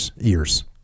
ears